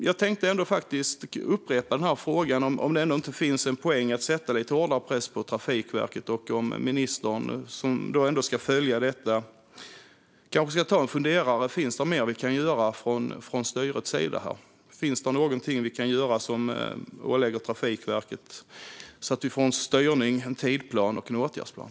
Jag tänkte upprepa frågan, om det inte finns en poäng med att sätta lite hårdare press på Trafikverket och om ministern, som ska följa detta, kanske kan ta en funderare på om det finns något mer vi kan göra från styrets sida. Finns det något vi kan göra som ålägger Trafikverket att ha en styrning, en tidsplan och en åtgärdsplan?